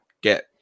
get